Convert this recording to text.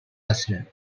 aslam